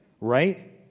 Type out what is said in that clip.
right